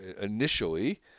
initially